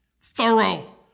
thorough